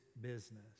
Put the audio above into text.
business